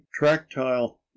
tractile